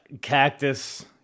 Cactus –